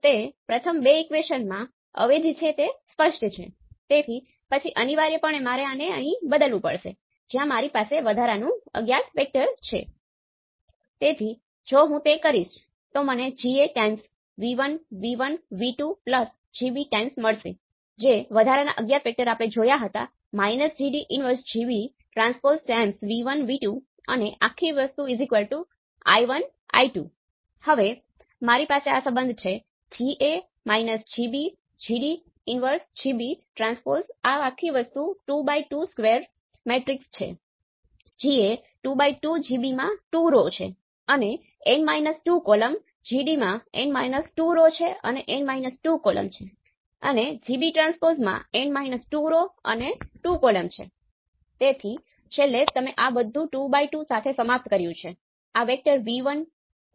તેથી અલબત મેં Vtest સિવાયના તમામ સ્વતંત્ર સ્ત્રોતોને 0 પર નિશ્ચિત કર્યા છે કારણ કે મને આ આખા કાર્યમાં રસ નથી અને મને ફક્ત આ α ના મૂલ્યમાં જ રસ છે